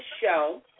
show